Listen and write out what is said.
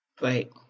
Right